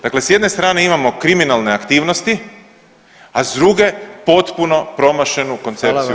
Dakle, s jedne strane imamo kriminalne aktivnosti, a s druge potpuno promašenu koncepciju rada.